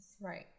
Right